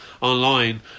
Online